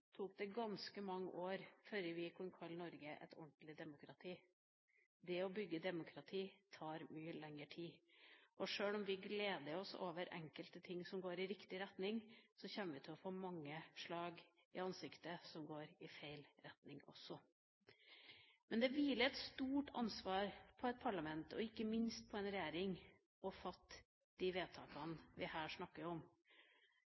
tok det ganske mange år før vi kunne kalle Norge et ordentlig demokrati. Det å bygge demokrati tar mye lenger tid. Sjøl om vi gleder oss over enkelte ting som går i riktig retning, kommer vi til å få mange slag i ansiktet – også når det går i feil retning. Det hviler et stort ansvar på et parlament, og ikke minst på en regjering, å fatte de vedtakene vi her snakker om.